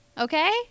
okay